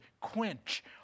quench